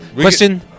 Question